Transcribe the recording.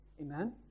Amen